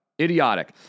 Idiotic